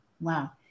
Wow